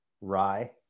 rye